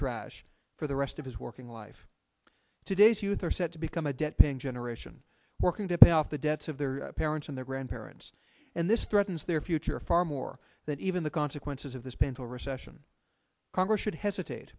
trash for the rest of his working life today's youth are set to become a debt paying generation working to pay off the debts of their parents and their grandparents and this threatens their future far more than even the consequences of this painful recession congress should hesitate